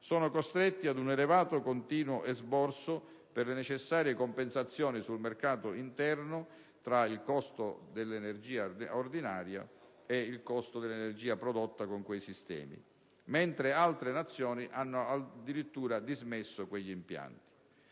sono costretti a un elevato e continuo esborso per le necessarie compensazioni sul mercato interno tra il costo dell'energia ordinaria e il costo dell'energia prodotta con quei sistemi, mentre altre Nazioni hanno addirittura dismesso quegli impianti.